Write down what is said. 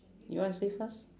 you want to say first